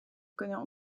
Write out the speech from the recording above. kunnen